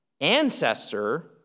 ancestor